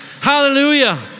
Hallelujah